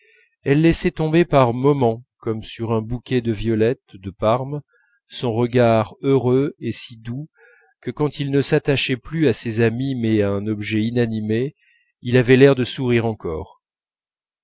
elle laissait tomber par moment comme sur un bouquet de violettes de parme son regard heureux et si doux que quand il ne s'attachait plus à ses amis mais à un objet inanimé il avait l'air de sourire encore